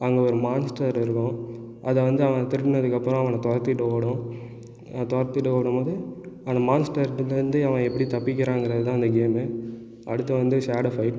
அங்கே ஒரு மான்ஸ்டர் இருக்கும் அதை வந்து அவன் திருடுனதுக்கப்புறம் அவனை துறத்திட்டு ஓடும் துறத்திட்டு ஓடும் போது அந்த மான்ஸ்டர்டெருந்து அவன் எப்படி தப்பிக்கிறான்ங்குறது தான் அந்த கேம்மு அடுத்து வந்து ஷேடோவ் ஃபயிட்